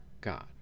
God